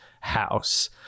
house